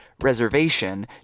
reservation